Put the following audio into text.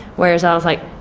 whereas i was like